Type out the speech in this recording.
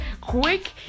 Quick